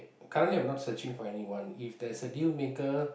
currently I'm not searching for anyone if there's a deal breaker